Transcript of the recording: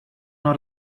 not